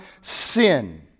sin